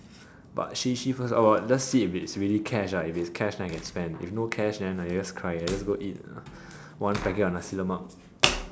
but see see first oh let's see if it's really cash ah if it's cash then I can spend if no cash then I just cry I just go eat one packet of Nasi-Lemak